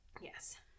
Yes